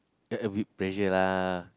a a bit pressure lah